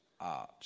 art